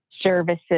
services